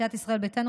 סיעת ישראל ביתנו,